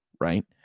right